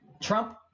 Trump